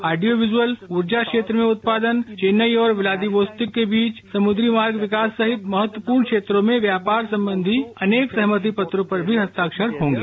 audio visual ऊर्जा क्षेत्र में उत्पादन चेन्नई और व्लादिवोस्तिक के बीच समुद्री मार्ग के विकास सहित महत्वपर्ण क्षेत्रों में व्यापार संबंधी अनेक सहमति पत्रों पर भी हस्ताक्षर होंगे